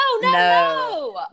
No